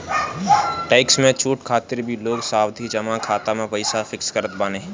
tax में छूट खातिर भी लोग सावधि जमा खाता में पईसा फिक्स करत बाने